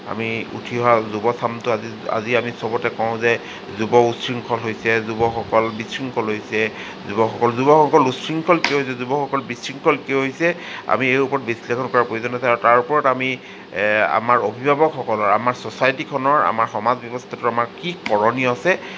আজি উঠি অহা যুৱচামটো আজি আজি আমি চবতে কওঁ যে যুৱ উশৃংখল হৈছে যুৱকসকল বিশৃংখল হৈছে যুৱকসকল যুৱকসকল উশৃংখল কিয় হৈছে যুৱকসকল বিশৃংখল কিয় হৈছে আমি এই ওপৰত বিশ্লেষণ কৰাৰ প্ৰয়োজন আছে তাৰ ওপৰত আমি আমাৰ অভিভাৱকসকলৰ আমাৰ ছ'চাইটিখনৰ আমাৰ সমাজ ব্যৱস্থাটোত আমাৰ কি কৰণীয় আছে